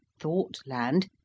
thought-land